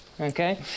Okay